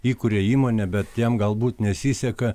įkuria įmonę bet jam galbūt nesiseka